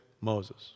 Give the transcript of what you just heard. Moses